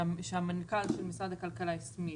שהמנכ"ל של משרד הכלכלה הסמיך.